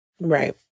Right